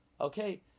Okay